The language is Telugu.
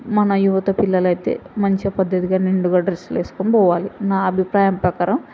మన యువత పిల్లలు అయితే మంచిగా పద్ధతిగా నిండుగా డ్రెస్సులు వేసుకొని పోవాలి నా అభిప్రాయం ప్రకారం